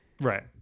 Right